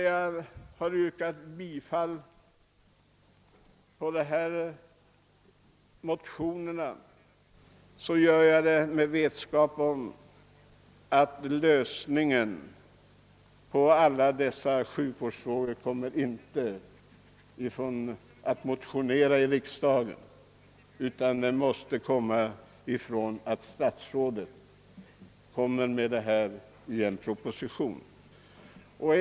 Jag yrkar bifall till motionerna, trots att jag vet att man inte löser dessa sjukvårdsfrågor genom att motionera i riksdagen. En lösning kan endast åstadkommas genom watt statsrådet framlägger en proposition.